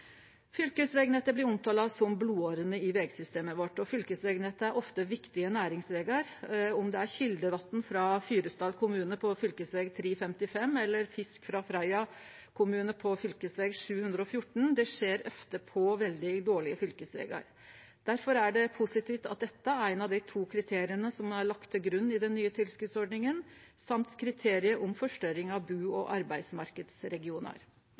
Fylkesvegnettet blir omtala som blodårene i vegsystemet vårt. Fylkesvegnettet er ofte viktige næringsvegar, og om det er kjeldevatn frå Fyresdal kommune på fv. 355 eller fisk frå Frøya kommune på fv. 714, skjer ofte transporten på veldig dårlege fylkesvegar. Derfor er det positivt at dette er eitt av dei to kriteria som er lagde til grunn i den nye tilskotsordninga, i tillegg til kriteriet om forstørring av bu- og arbeidsmarknadsregionar.